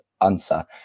answer